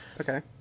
Okay